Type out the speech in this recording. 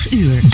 uur